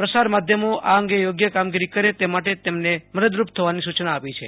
પ્રસાર માધ્યમો આ અંગે યોગ્ય કામગીરી કરે તે માટે તેમણે મદદરૂપ થવાની સુ ચના આપી છે